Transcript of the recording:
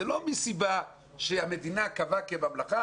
זה לא מסיבה שהמדינה קבעה כממלכה,